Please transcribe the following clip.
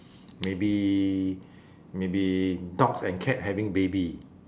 maybe maybe dogs and cat having baby